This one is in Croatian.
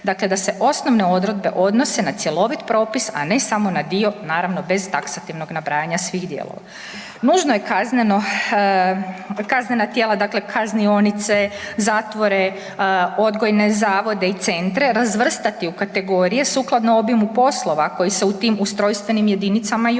dakle da se osnovne odredbe odnose na cjelovit propis, a ne samo na dio naravno bez taksativnog nabrajanja svih dijelova. Nužno je kazneno, kaznena tijela, dakle kaznionice, zatvore, odgojne zavode i centre razvrstati u kategorije sukladno obimu poslova koji se u tim ustrojstvenim jedinicama i